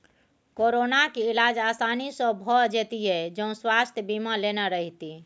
कोरोनाक इलाज आसानी सँ भए जेतियौ जँ स्वास्थय बीमा लेने रहतीह